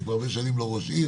כבר הרבה שנים לא ראש עיר,